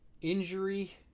Injury